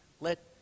let